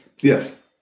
Yes